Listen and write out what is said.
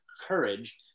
courage